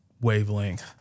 wavelength